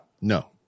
No